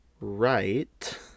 right